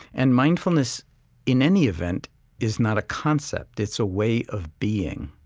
and mindfulness in any event is not a concept it's a way of being.